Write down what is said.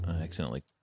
accidentally